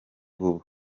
vuba